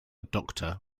doctor